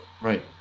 Right